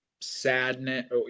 sadness